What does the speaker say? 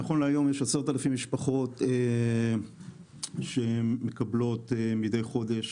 נכון להיום יש 10,000 משפחות שמקבלות מדי חודש,